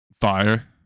Fire